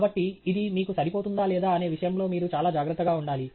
కాబట్టి ఇది మీకు సరిపోతుందా లేదా అనే విషయంలో మీరు చాలా జాగ్రత్తగా ఉండాలి